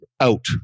out